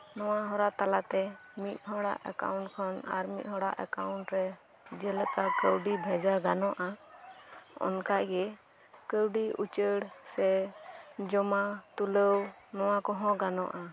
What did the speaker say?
ᱱᱚᱣᱟ ᱦᱚᱨᱟ ᱛᱟᱞᱟᱛᱮ ᱢᱤᱫᱦᱚᱲᱟᱜ ᱮᱠᱟᱣᱩᱱᱴ ᱠᱷᱚᱱ ᱟᱨ ᱢᱤᱫᱦᱚᱲᱟᱜ ᱮᱠᱟᱣᱩᱱᱴ ᱨᱮ ᱡᱮᱞᱮᱠᱟ ᱠᱟᱹᱣᱰᱤ ᱵᱷᱮᱡᱟ ᱜᱟᱱᱚᱜᱼᱟ ᱚᱱᱠᱟᱜᱤ ᱠᱟᱹᱣᱰᱤ ᱩᱪᱟᱹᱲ ᱥᱮ ᱡᱚᱢᱟ ᱛᱩᱞᱟᱹᱣ ᱱᱚᱣᱟ ᱠᱚᱦᱚᱸ ᱜᱟᱱᱚᱜᱼᱟ